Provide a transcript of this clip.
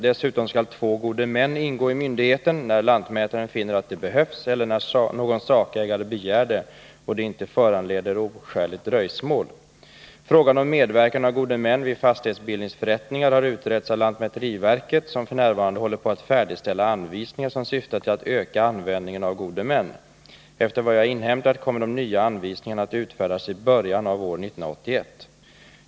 Dessutom skall två gode män ingå i myndigheten när lantmätaren finner att det behövs eller när någon sakägare begär det och det inte föranleder oskäligt dröjsmål. Frågan om medverkan av gode män vid fastighetsbildningsförrättningar har utretts av lantmäteriverket, som f. n. håller på att färdigställa anvisningar som syftar till att öka användningen av gode män. Efter vad jag har inhämtat kommer de nya anvisningarna att utfärdas i början av år 1981.